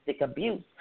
abuse